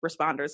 responders